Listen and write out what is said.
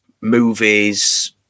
movies